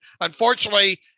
unfortunately